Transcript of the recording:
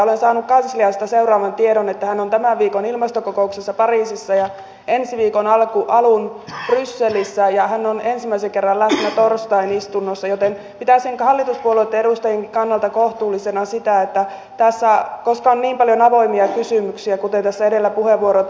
olen saanut kansliasta tiedon että hän on tämän viikon ilmastokokouksessa pariisissa ja ensi viikon alun brysselissä ja hän on ensimmäisen kerran läsnä torstain istunnossa joten pitäisin hallituspuolueitten edustajienkin kannalta kohtuullisena sitä koska tässä on niin paljon avoimia kysymyksiä kuten tässä edellä puheenvuorossa